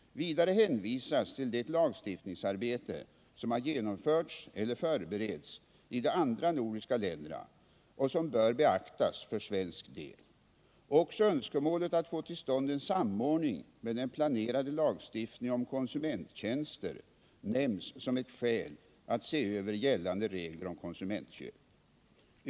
Vidare hänvisas till det lagstiftningsarbete som har genomförts eller förbereds i de andra nordiska länderna och som bör beaktas för svensk del. Också önskemålet att få till stånd en samordning med den planerade lagstiftningen om konsumenttjänster nämns som ett skäl att se över gällande regler om konsumentköp.